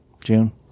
June